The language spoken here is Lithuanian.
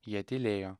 jie tylėjo